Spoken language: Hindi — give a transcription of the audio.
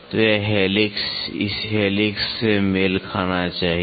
तो यह हेलिक्स इस हेलिक्स से मेल खाना चाहिए